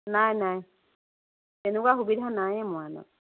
নাই নাই তেনেকুৱা সুবিধা নায়েই মৰাণত